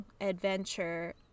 adventure